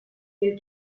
mil